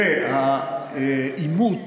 העימות